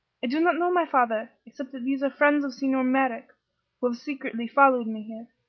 i do not know, my father, except that these are friends of signor merrick who have secretly followed me here.